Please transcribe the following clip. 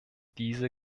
diese